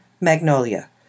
Magnolia